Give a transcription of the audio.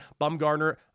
Bumgarner